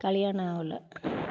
கல்யாணம் ஆகல